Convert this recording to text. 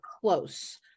close